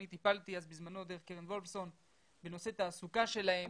אני טיפלתי אז בזמנו דרך קרן וולפסון בנושא תעסוקה שלהם,